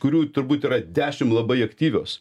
kurių turbūt yra dešimt labai aktyvios